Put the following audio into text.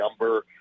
number